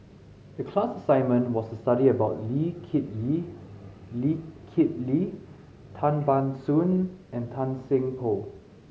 the class assignment was to study about Lee Kip Lee Lee Kip Lee Tan Ban Soon and Tan Seng Poh